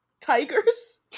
tigers